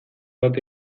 bat